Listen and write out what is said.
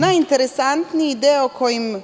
Najinteresantniji deo koji